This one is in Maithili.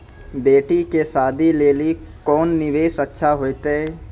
बेटी के शादी लेली कोंन निवेश अच्छा होइतै?